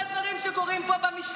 אני לא אוהבת הרבה דברים שקורים פה במשכן,